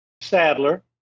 Sadler